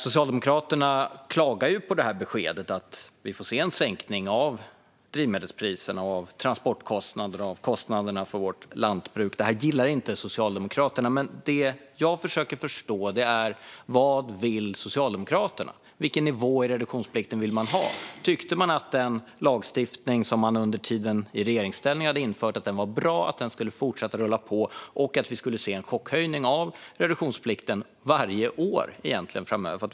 Socialdemokraterna klagar på beskedet att vi får se en sänkning av drivmedelspriserna, av transportkostnaderna och kostnaderna för vårt lantbruk. Det gillar inte Socialdemokraterna. Det jag försöker att förstå är: Vad vill Socialdemokraterna? Vilken nivå i reduktionsplikten vill man ha? Tyckte man att den lagstiftning som man under tiden i regeringsställning infört var bra, att den skulle fortsätta att rulla på och att vi skulle se en chockhöjning av reduktionsplikten varje år framöver?